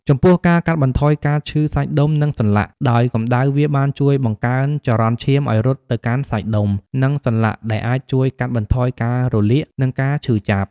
ចំពោះការកាត់បន្ថយការឈឺសាច់ដុំ និងសន្លាក់ ដោយកម្ដៅវាបានជួយបង្កើនចរន្តឈាមឲ្យរត់ទៅកាន់សាច់ដុំ និងសន្លាក់ ដែលអាចជួយកាត់បន្ថយការរលាក និងការឈឺចាប់។